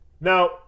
Now